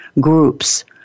groups